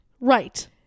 Right